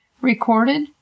recorded